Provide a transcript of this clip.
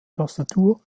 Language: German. tastatur